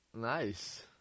Nice